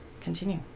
continue